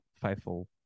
faithful